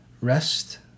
rest